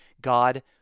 God